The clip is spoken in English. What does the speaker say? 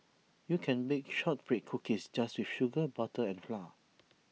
you can bake Shortbread Cookies just with sugar butter and flour